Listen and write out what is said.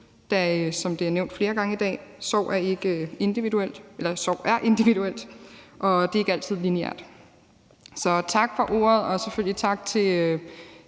som det er nævnt flere gange i dag, er individuel og sorgforløbet ikke altid er lineært. Så tak for ordet, og selvfølgelig tak til